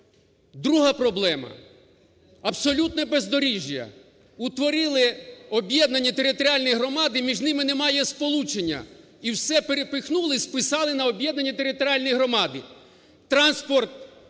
Друга проблема – абсолютне бездоріжжя. Утворили об'єднані територіальні громади, між ними немає сполучення. І все перепихнули, списали на об'єднані територіальні громади. Транспорт